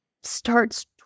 starts